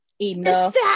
Enough